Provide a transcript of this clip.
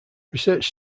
research